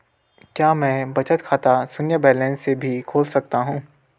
क्या मैं बचत खाता शून्य बैलेंस से भी खोल सकता हूँ?